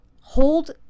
Hold